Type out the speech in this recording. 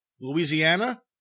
Louisiana